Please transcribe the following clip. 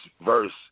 verse